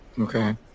Okay